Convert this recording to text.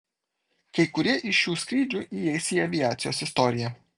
kai kurie iš šių skrydžių įeis ir į aviacijos istoriją